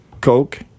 coke